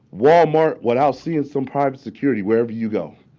walmart, when i'll see and some private security wherever you go.